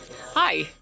Hi